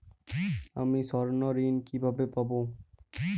আমি স্বর্ণঋণ কিভাবে পাবো?